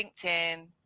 LinkedIn